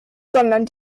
sondern